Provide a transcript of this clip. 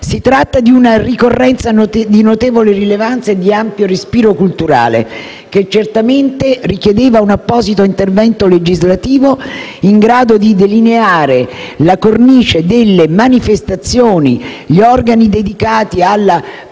Si tratta di una ricorrenza di notevole rilevanza e di ampio respiro culturale, che certamente richiedeva un apposito intervento legislativo in grado di delineare la cornice delle manifestazioni, gli organi dedicati alla promozione